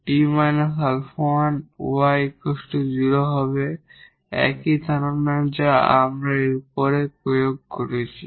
𝐷 𝛼1 𝑦 0 হবে একই ধারণা যা আমরা উপরে প্রয়োগ করেছি